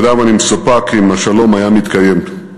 אני מסופק אם בלעדיו היה השלום מתקיים.